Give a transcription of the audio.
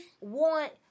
want